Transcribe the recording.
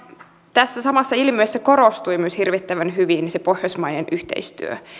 tässä samassa ilmiössä korostui myös hirvittävän hyvin se pohjoismainen yhteistyö